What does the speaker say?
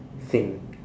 thing